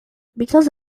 because